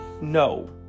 No